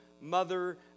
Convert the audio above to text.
mother